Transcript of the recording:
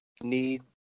need